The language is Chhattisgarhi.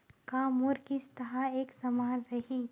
का मोर किस्त ह एक समान रही?